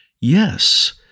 yes